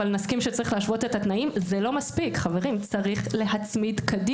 אבל נסכים שצריך להשוות את התנאים.